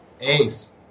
Ace